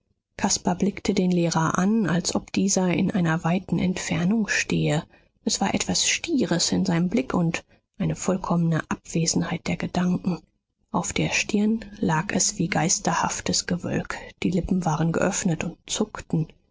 caspar blickte den lehrer an als ob dieser in einer weiten entfernung stehe es war etwas stieres in seinem blick und eine vollkommene abwesenheit der gedanken auf der stirn lag es wie geisterhaftes gewölk die lippen waren geöffnet und zuckten